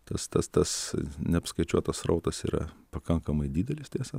tas tas tas neapskaičiuotas srautas yra pakankamai didelis tiesą